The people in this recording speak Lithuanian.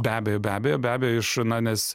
be abejo be abejo be abejo iš na nes